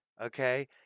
okay